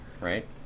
right